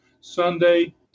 Sunday